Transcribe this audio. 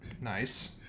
Nice